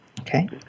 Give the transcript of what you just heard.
Okay